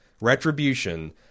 Retribution